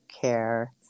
care